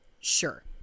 Sure